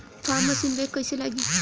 Form machine बैक कईसे लागी?